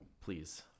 please